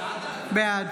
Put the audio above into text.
בעד